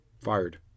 Fired